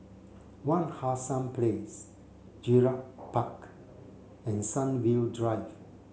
Wak Hassan Place Gerald Park and Sunview Drive